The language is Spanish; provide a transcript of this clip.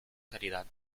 calidad